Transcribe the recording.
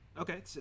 Okay